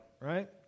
right